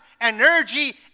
Energy